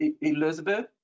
Elizabeth